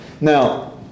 now